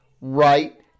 right